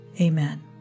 Amen